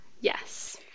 Yes